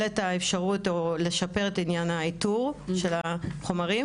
את האפשרות או לשפר את עניין האיתור של החומרים.